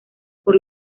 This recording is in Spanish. por